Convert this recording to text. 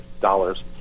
dollars